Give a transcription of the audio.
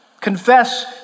Confess